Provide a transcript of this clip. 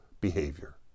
behavior